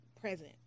present